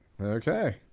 Okay